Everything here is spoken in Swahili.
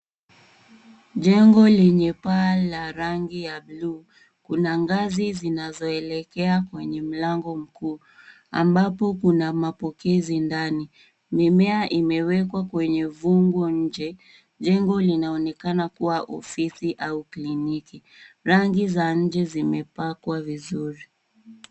Jengo lenye paa la rangi ya buluu, kuna ngazi zinazoelekea kwenye mlango mkuu ambapo kuna mapokezi ndani, mimea imewekwa kwenye vungo nje, jengo linaonekana kuwa ofisi au kliniki. Rangi za nje zimepakwa vizuri.